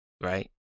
Right